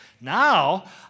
Now